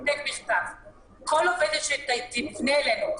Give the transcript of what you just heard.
כל עובדת שתפנה אלינו,